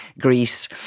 Greece